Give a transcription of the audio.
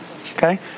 okay